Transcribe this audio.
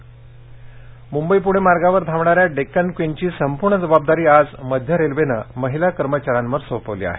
Deccan Queen Mumbai Pune मार्गावर धावणाऱ्या डेक्कन क्वीनची संपूर्ण जबाबदारी आज मध्य रेल्वेनं महिला कर्मचाऱ्यांवर सोपवली आहे